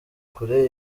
kure